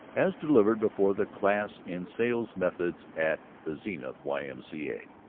as delivered before the class in sales methods at the zenith y m c a.